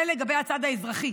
זה לגבי הצד האזרחי,